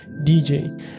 DJ